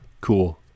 Cool